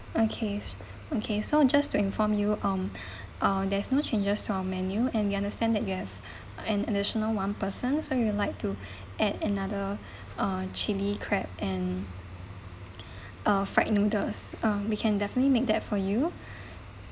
okay okay so just to inform you um uh there's no changes to our menu and we understand that you have an additional one person so you would like to add another uh chili crab and uh fried noodles um we can definitely make that for you